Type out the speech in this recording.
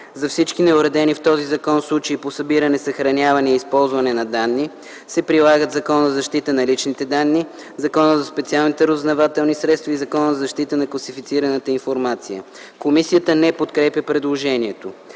За всички неуредени в този закон случаи по събиране, съхраняване и използване на данни се прилагат Закона за защита на личните данни, Закона за специалните разузнавателни средства и Закона за защита на класифицираната информация.” Комисията не подкрепя предложението.